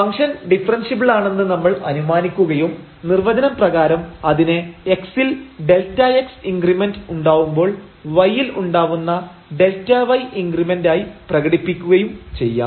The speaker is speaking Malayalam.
ഫംഗ്ഷൻ ഡിഫറെൻഷ്യബിളാണെന്ന് നമ്മൾ അനുമാനിക്കുകയും നിർവചനം പ്രകാരം അതിനെ x ൽ Δx ഇൻക്രിമെന്റ് ഉണ്ടാവുമ്പോൾ y ൽ ഉണ്ടാവുന്ന Δy ഇൻക്രിമെന്റ് ആയി പ്രകടിപ്പിക്കുകയും ചെയ്യാം